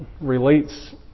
relates